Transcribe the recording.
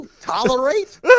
tolerate